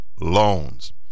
loans